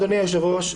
אדוני היושב-ראש,